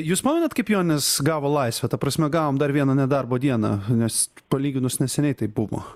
jūs pamenat kaip joninės gavo laisvę ta prasme gavom dar vieną nedarbo dieną nes palyginus neseniai tai buvo